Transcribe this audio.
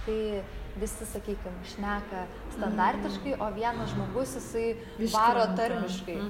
kai visi sakykim šneka standartiškai o vienas žmogus jisai varo tarmiškai